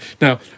Now